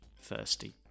thirsty